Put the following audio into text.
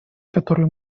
который